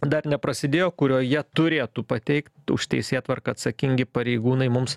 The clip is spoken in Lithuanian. dar neprasidėjo kurioje turėtų pateikt už teisėtvarką atsakingi pareigūnai mums